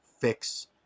fix